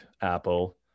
Apple